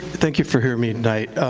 thank you for hearing me tonight.